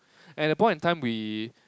at that point of time we